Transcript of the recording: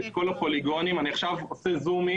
אני חושב שכדי להיות ---,